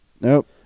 Nope